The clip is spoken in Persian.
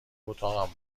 اتاقم